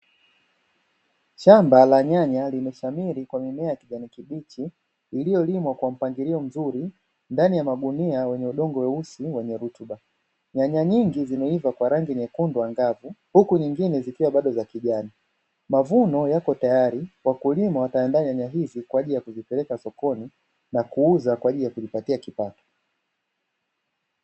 Shamba la nyanya limeshamiri kwa mimea ya kijani kibichi iliyolimwa kwa mpangilio mzuri ndani ya magunia wenye udongo weusi wenye rutuba. Nyanya nyingi zimeiva kwa rangi nyekundu angavu huku nyingine zikiwa bado za kijani, mavuno yapo tayari wakulima wataandaa nyanya hizi kwa ajili ya kuzipeleka sokoni na kuuza kwa ajili ya kujipatia kipato.